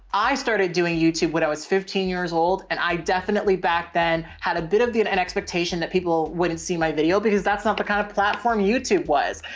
i started doing youtube, what i was fifteen years old and i definitely back then had a bit of the, and an expectation that people wouldn't see my video because that's not the kind of platform youtube was.